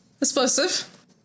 explosive